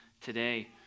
today